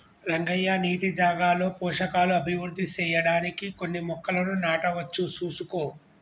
రంగయ్య నీటి జాగాలో పోషకాలు అభివృద్ధి సెయ్యడానికి కొన్ని మొక్కలను నాటవచ్చు సూసుకో